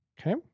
okay